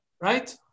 Right